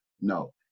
no